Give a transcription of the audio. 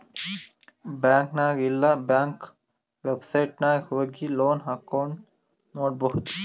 bank ನಾಗ್ ಇಲ್ಲಾ ಬ್ಯಾಂಕ್ದು ವೆಬ್ಸೈಟ್ ನಾಗ್ ಹೋಗಿ ಲೋನ್ ಅಕೌಂಟ್ ನೋಡ್ಬೋದು